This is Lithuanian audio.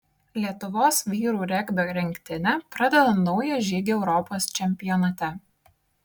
lietuvos vyrų regbio rinktinė pradeda naują žygį europos čempionate